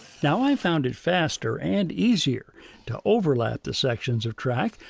now, i found it faster and easier to overlap the sections of track,